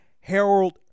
Harold